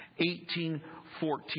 18.14